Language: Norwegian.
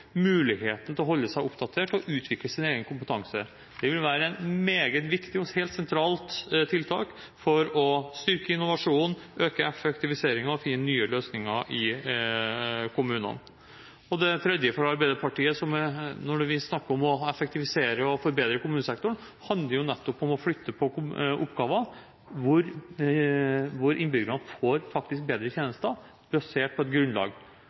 muligheten til å holde seg oppdatert og utvikle sin egen kompetanse. Det vil være et meget viktig og helt sentralt tiltak for å styrke innovasjonen, øke effektiviseringen og finne nye løsninger i kommunene. Det tredje som er viktig for Arbeiderpartiet når vi snakker om å effektivisere og forbedre kommunesektoren, handler nettopp om å flytte på oppgaver slik at innbyggerne faktisk får bedre tjenester basert på et saklig grunnlag.